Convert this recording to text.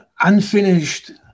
unfinished